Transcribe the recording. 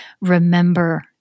remember